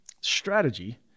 strategy